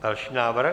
Další návrh.